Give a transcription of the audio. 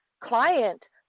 client